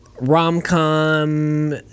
rom-com